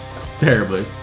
terribly